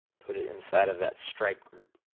put it inside of that stripe group.